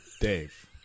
Dave